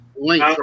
Link